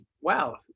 wow